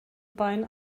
bein